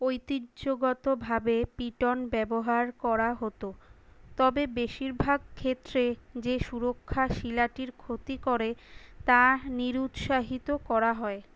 ঐতিহ্যগতভাবে পিটন ব্যবহার করা হতো তবে বেশিরভাগ ক্ষেত্রে যে সুরক্ষা শিলাটির ক্ষতি করে তা নিরুৎসাহিত করা হয়